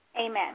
Amen